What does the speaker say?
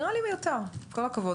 נראה לי מיותר, עם כל הכבוד.